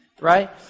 right